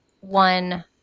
one